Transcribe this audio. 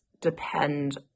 depend